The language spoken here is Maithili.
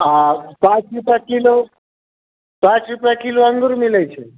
हँ साठि रुपए किलो साठि रुपए किलो अँगुर मिलै छै